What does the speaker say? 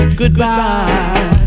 goodbye